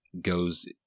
goes